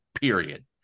Period